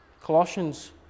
Colossians